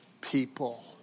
people